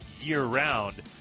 year-round